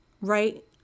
right